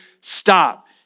stop